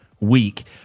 week